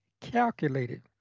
calculated